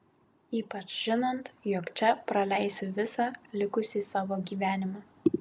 ypač žinant jog čia praleisi visą likusį savo gyvenimą